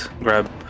grab